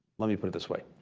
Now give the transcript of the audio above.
let me put it this way.